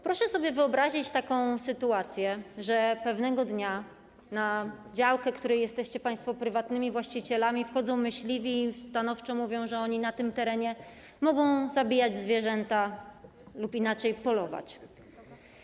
Proszę sobie wyobrazić taką sytuację, że pewnego dnia na działkę, której jesteście państwo prywatnymi właścicielami, wchodzą myśliwi i stanowczo mówią, że oni na tym terenie mogą zabijać zwierzęta lub, inaczej, polować.